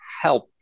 help